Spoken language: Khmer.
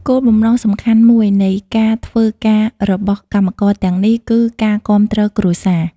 គោលបំណងសំខាន់មួយនៃការធ្វើការរបស់កម្មករទាំងនេះគឺ ការគាំទ្រគ្រួសារ។